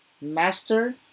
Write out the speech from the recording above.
Master